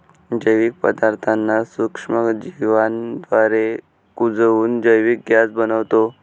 जैविक पदार्थांना सूक्ष्मजीवांद्वारे कुजवून जैविक गॅस बनतो